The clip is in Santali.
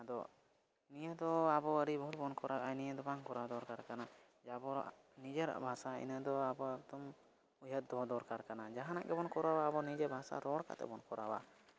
ᱟᱫᱚ ᱱᱤᱭᱟᱹ ᱫᱚ ᱟᱵᱚ ᱟᱹᱰᱤ ᱵᱷᱩᱞ ᱵᱚᱱ ᱠᱚᱨᱟᱣᱮᱫᱟ ᱱᱤᱭᱟᱹ ᱫᱚ ᱵᱟᱝ ᱠᱚᱨᱟᱣ ᱫᱚᱨᱠᱟᱨ ᱠᱟᱱᱟ ᱡᱮ ᱟᱵᱚ ᱱᱤᱡᱮᱨᱟᱜ ᱵᱷᱟᱥᱟ ᱤᱱᱟᱹ ᱫᱚ ᱟᱵᱚ ᱮᱠᱫᱚᱢ ᱩᱭᱦᱟᱹᱨ ᱫᱚᱦᱚ ᱫᱚᱨᱠᱟᱨ ᱠᱟᱱᱟ ᱡᱮ ᱡᱟᱦᱟᱱᱟᱜ ᱜᱮᱵᱚᱱ ᱠᱚᱨᱟᱣᱟ ᱟᱵᱚ ᱱᱤᱡᱮ ᱵᱷᱟᱥᱟ ᱨᱚᱲ ᱠᱟᱛᱮᱵᱚᱱ ᱠᱚᱨᱟᱣᱟ